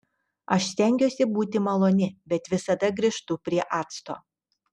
aš stengiuosi būti maloni bet visada grįžtu prie acto